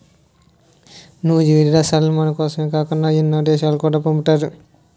నూజివీడు రసాలను మనకోసమే కాకుండా ఎన్నో దేశాలకు కూడా పంపుతారు